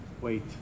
wait